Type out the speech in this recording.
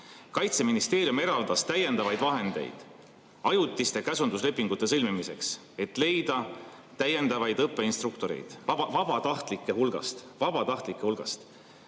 Kaitseministeerium eraldas täiendavaid vahendeid ajutiste käsunduslepingute sõlmimiseks, et leida täiendavaid õppeinstruktoreid vabatahtlike hulgast. Vabatahtlike hulgast!